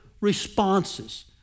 responses